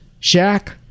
Shaq